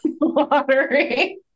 lottery